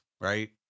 right